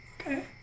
Okay